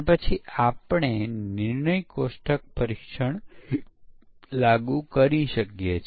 અને આ અર્થમાં સ્ક્રિપ્ટીંગ પરીક્ષણના કેસો વધુ ફરીથી વાપરી શકાય તેવું છે